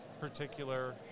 particular